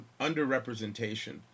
underrepresentation